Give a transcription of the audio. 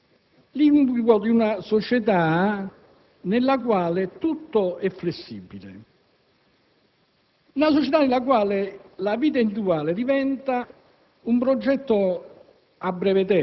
è, allora, il modello di società che si va delineando per noi, in Occidente? È l'incubo della società liquida,